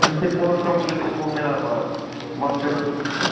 district court complex Mominabad مٔنٛزِلس نِش